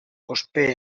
ospe